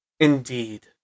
Indeed